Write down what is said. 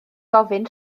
gofyn